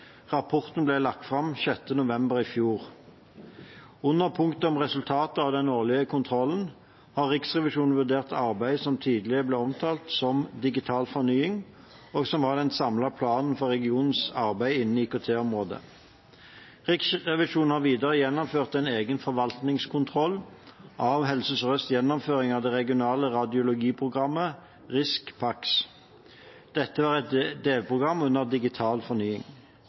Rapporten ble lagt fram 6. november i fjor. Under punktet om resultater av den årlige kontrollen har Riksrevisjonen vurdert arbeidet som tidligere ble omtalt som Digital fornying, og som var den samlede planen for regionens arbeid innen IKT-området. Riksrevisjonen har videre gjennomført en egen forvaltningskontroll av Helse Sør-Østs gjennomføring av det regionale radiologiprogrammet RIS/PACS. Dette var et delprogram under Digital fornying.